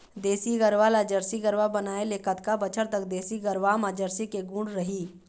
देसी गरवा ला जरसी गरवा बनाए ले कतका बछर तक देसी गरवा मा जरसी के गुण रही?